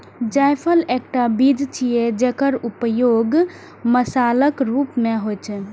जायफल एकटा बीज छियै, जेकर उपयोग मसालाक रूप मे होइ छै